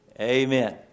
Amen